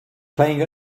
playing